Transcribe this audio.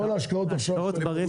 ההשקעות נועדו להרבה שנים.